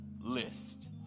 list